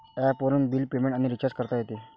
ॲपवरून bill payment आणि recharge करता येते